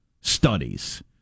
studies